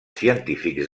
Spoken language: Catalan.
científics